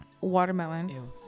watermelon